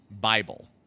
Bible